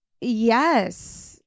Yes